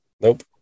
Nope